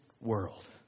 world